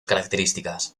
características